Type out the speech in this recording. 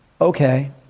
Okay